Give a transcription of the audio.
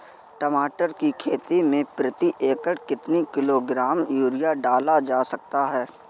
टमाटर की खेती में प्रति एकड़ कितनी किलो ग्राम यूरिया डाला जा सकता है?